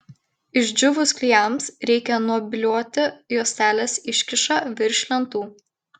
išdžiūvus klijams reikia nuobliuoti juostelės iškyšą virš lentų